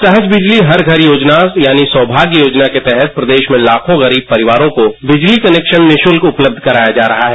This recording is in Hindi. सहज बिजली हर घर योजना यानी सौमाग्य योजना के तहत प्रदेश में लाखों गरीब परिवारों को बिजली कनेक्सन निशुल्क उपलब्ध कराया जा रहा है